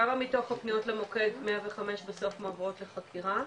כמה מתוך הפניות למוקד 105 בסוף מועברות לחקירה?